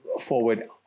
forward